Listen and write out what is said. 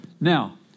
now